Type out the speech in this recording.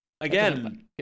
Again